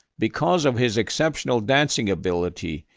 because of his exceptional dancing ability,